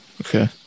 Okay